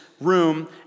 room